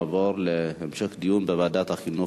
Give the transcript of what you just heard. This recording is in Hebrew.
תעבור להמשך דיון בוועדת החינוך,